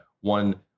one